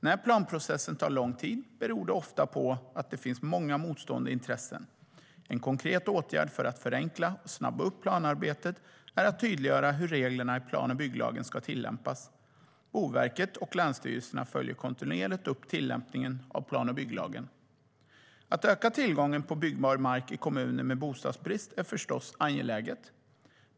När planprocessen tar lång tid beror det ofta på att det finns många motstående intressen. En konkret åtgärd för att förenkla och snabba upp planarbetet är att tydliggöra hur reglerna i plan och bygglagen ska tillämpas. Boverket och länsstyrelserna följer kontinuerligt upp tillämpningen av plan och bygglagen. Att öka tillgången på byggbar mark i kommuner med bostadsbrist är förstås angeläget.